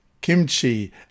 kimchi